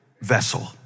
vessel